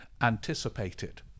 anticipated